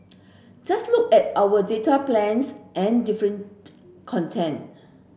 just look at our data plans and different content